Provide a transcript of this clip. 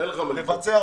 אין לך מה לדאוג.